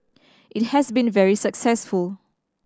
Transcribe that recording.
it has been very successful